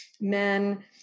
men